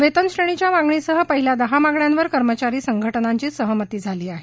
वेतनश्रेणीच्या मागणीसह पहिल्या दहा मागण्यांवर कर्मचारी संघटनांची सहमती झाली आहे